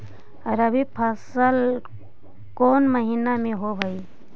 रबी फसल कोन महिना में होब हई?